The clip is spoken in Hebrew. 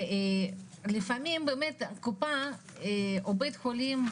לפעמים קופה או בית חולים,